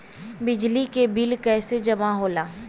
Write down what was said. बिजली के बिल कैसे जमा होला?